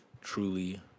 truly